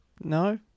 No